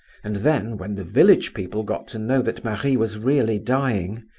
and then, when the village people got to know that marie was really dying,